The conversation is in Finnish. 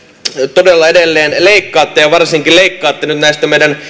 todella edelleen leikkaatte ja varsinkin leikkaatte nyt näistä meidän